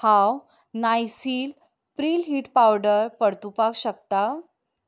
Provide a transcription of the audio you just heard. हांव नायसील prickly heat powder परतुपा शकता